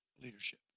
leadership